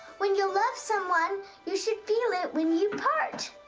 when you love someone you should feel it when you part.